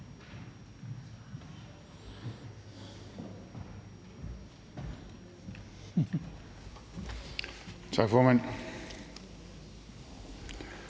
Tak for det.